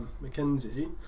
Mackenzie